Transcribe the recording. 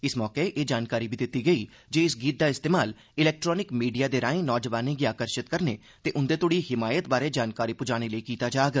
इस मौके एह जानकारी बी दित्ती गेई जे इस गीत दा इस्तेमाल इलेक्ट्रानिक मीडिया दे राए नौजवानें गी आकर्षित करने ते उंदे तोह्ड़ी हिमायत बारै जानकारी पुजाने लेई कीता जाग